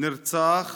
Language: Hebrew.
נרצח